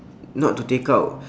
not to take out